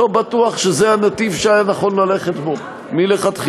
לא בטוח שזה הנתיב שהיה נכון ללכת בו מלכתחילה.